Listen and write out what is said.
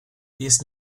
jest